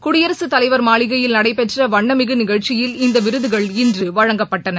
குடியரசுத்தலைவா் மாளிகையில் நடைபெற்ற வண்ணமிகு நிகழ்ச்சியில் இந்த விருதுகள் இன்று வழங்கப்பட்டன